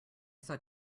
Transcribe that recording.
saw